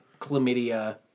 chlamydia